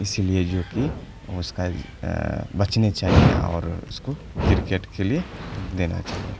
اسی لیے جو کہ اس کا بچنے چاہیے اور اس کو کرکٹ کے لیے دینا چاہیے